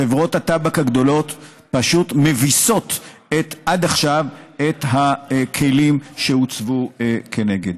חברות הטבק הגדולות פשוט מביסות עד עכשיו את הכלים שהוצבו כנגד.